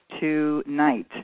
tonight